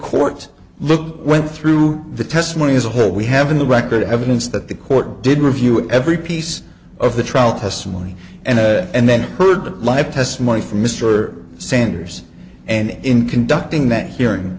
court look went through the testimony as a whole we have in the record evidence that the court did review every piece of the trial testimony and then heard the live testimony from mr sanders and in conducting that hearing